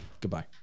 Goodbye